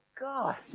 God